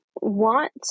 want